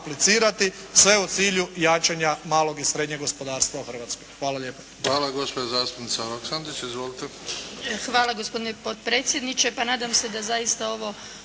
sve u cilju jačanja malog i srednjeg gospodarstva u Hrvatskoj. Hvala lijepa.